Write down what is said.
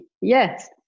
yes